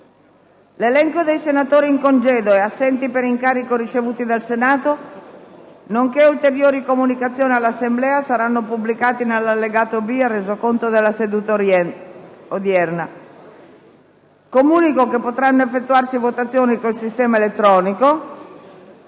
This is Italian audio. L'elenco dei senatori in congedo e assenti per incarico ricevuto dal Senato nonché ulteriori comunicazioni all'Assemblea saranno pubblicati nell'allegato B al Resoconto della seduta odierna. Preannunzio di votazioni mediante procedimento elettronico